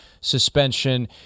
suspension